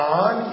on